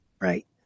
Right